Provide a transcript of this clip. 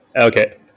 okay